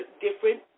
different